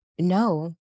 no